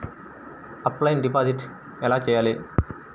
Offline deposit ఎలా చేయాలి?